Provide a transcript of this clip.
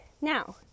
Now